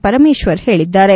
ಪರಮೇಶ್ವರ್ ಹೇಳಿದ್ದಾರೆ